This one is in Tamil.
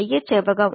மைய செவ்வகம்